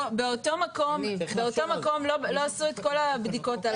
באותו מקום לא עשו את כל הבדיקות הללו.